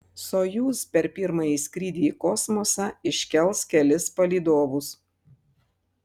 sojuz per pirmąjį skrydį į kosmosą iškels kelis palydovus